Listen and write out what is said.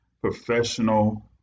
professional